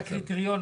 אלה הקריטריונים.